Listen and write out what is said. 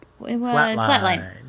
flatline